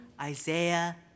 Isaiah